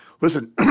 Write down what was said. Listen